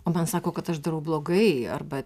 o man sako kad aš darau blogai arba